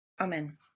Amen